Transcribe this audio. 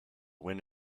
win